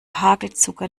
hagelzucker